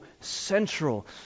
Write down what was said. central